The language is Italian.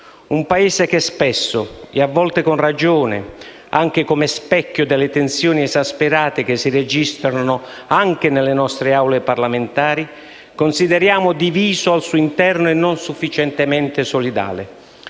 accaduto. Spesso, a volte con ragione, anche come specchio delle tensioni esasperate che si registrano nelle Aule parlamentari, consideriamo il Paese diviso al suo interno e non sufficientemente solidale